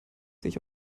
sich